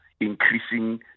increasing